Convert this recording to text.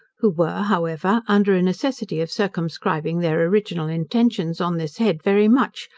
who were, however, under a necessity of circumscribing their original intentions on this head very much,